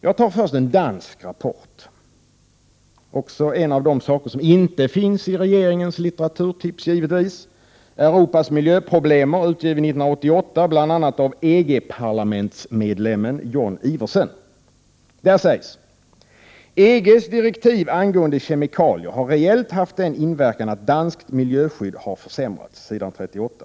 Jag tar först en dansk rapport, också det givetvis någonting som inte finns med i regeringens litteraturtips. Det gäller rapporten ”Europas miljöproblem”, som utgavs 1988 av bl.a. EG-parlamentsmedlemmen John Iversen. I rapporten står det bl.a.: EG:s direktiv angående kemikalier ”har reellt haft den inverkan att danskt miljöskydd har försämrats.” Detta står på s. 38.